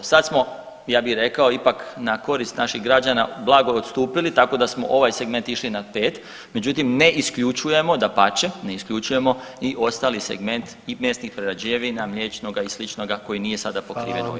Sad smo ja bi rekao ipak na koristi naših građana blago odstupili tako da smo ovaj segment išli na 5, međutim ne isključujemo, dapače ne isključujemo i ostali segment i mesnih prerađevina, mliječnoga i sličnoga koji nije sada pokriven ovim dijelo.